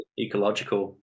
ecological